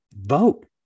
Vote